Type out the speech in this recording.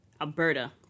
Alberta